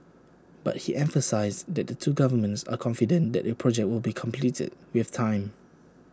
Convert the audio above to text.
but he emphasised that the two governments are confident that the project will be completed with time